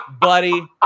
Buddy